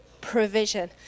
provision